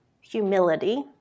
humility